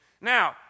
Now